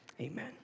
amen